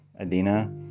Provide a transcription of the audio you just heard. Adina